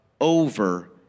over